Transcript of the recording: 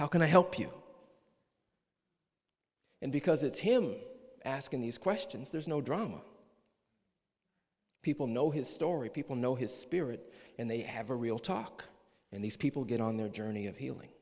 how can i help you and because it's him asking these questions there's no drama people know his story people know his spirit and they have a real talk and these people get on their journey of healing